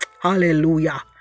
Hallelujah